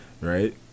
Right